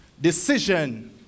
decision